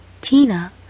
Tina